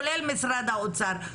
כולל משרד האוצר,